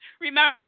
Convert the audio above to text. Remember